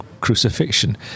crucifixion